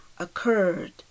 occurred